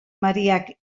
mariak